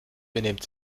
benimmt